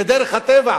מדרך הטבע,